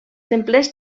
templers